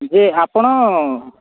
ଯେ ଆପଣ